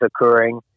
occurring